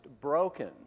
broken